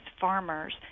farmers